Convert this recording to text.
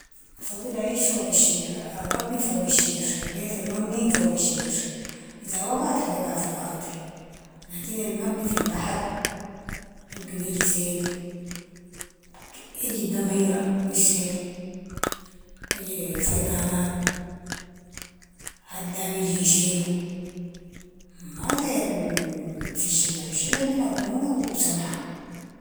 بفضل أعيش فوق الشجر،- المبني فوق الشجر، البيت المبني فوق الشجر، إذا وقعت حتقع في الأرض، لكن المبني في البحر يمكن يجي سيل، يجي الدميرة مش سيل، يجي فيضانات، هدام يجي يشيلو، ما زي في الشجر، الشجر دي مضمون و سمحة.